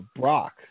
Brock